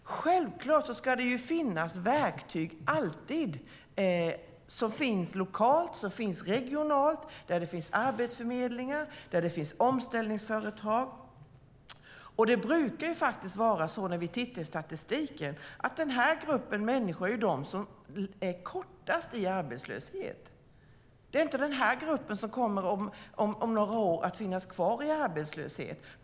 Självklart ska det alltid finnas verktyg lokalt, regionalt, där det finns arbetsförmedlingar och där det finns omställningsföretag. När vi ser på statistiken brukar den här gruppen människor vara i arbetslöshet under kortast tid. Det är inte den gruppen som kommer att finnas kvar i arbetslöshet om några år.